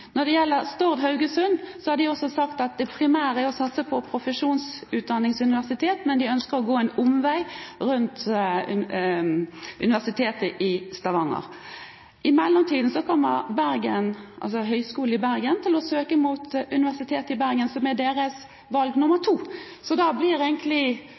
Når det gjelder Høgskolen Stord/Haugesund, har de også sagt at det primære er å satse på profesjonsutdanningsuniversitet, men de ønsker å gå en omvei rundt Universitetet i Stavanger. I mellomtiden kommer Høgskolen i Bergen til å søke mot Universitetet i Bergen, som er deres valg nr. 2. Da blir det egentlig,